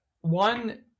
one